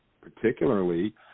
particularly